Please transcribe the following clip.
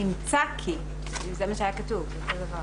נמצא כי, זה מה שהיה כתוב, זה אותו דבר.